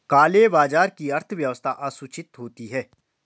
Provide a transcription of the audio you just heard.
काले बाजार की अर्थव्यवस्था असूचित होती है